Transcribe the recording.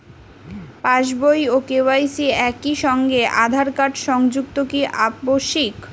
পাশ বই ও কে.ওয়াই.সি একই সঙ্গে আঁধার কার্ড সংযুক্ত কি আবশিক?